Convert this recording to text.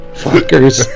fuckers